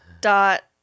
Dot